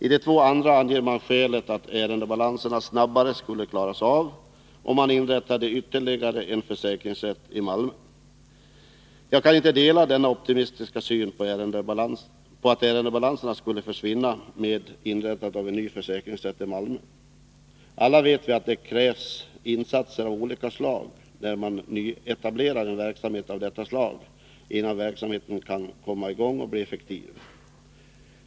I de två andra anger man skälet vara att ärendebalanserna snabbare skulle klaras av om det inrättades ytterligare en försäkringsrätt i Malmö. Jag kan inte dela den optimistiska synen att ärendebalanserna skulle försvinna med inrättandet av en ny försäkringsrätt i Malmö. Alla vet vi att det krävs insatser av olika slag när man nyetablerar en sådan här verksamhet innan den kan komma i gång och bli effektiv.